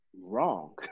Wrong